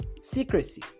secrecy